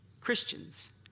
Christians